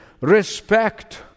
respect